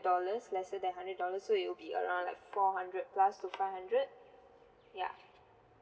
dollars lesser than hundred dollars so it'll be around like four hundred plus to five hundred ya